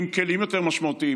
עם כלים יותר משמעותיים,